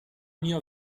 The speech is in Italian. mio